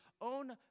own